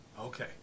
Okay